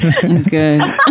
Good